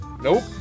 Nope